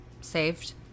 saved